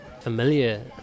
familiar